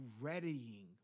readying